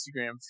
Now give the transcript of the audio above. Instagram